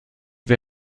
wir